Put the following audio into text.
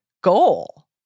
goal